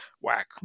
whack